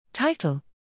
Title